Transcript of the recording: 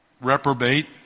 reprobate